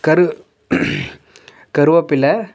கரு கருவேப்பில்லை